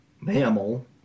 mammal